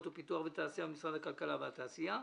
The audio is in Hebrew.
בפיתוח בתעשייה במשרד הכלכלה והתעשייה".